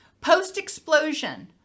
post-explosion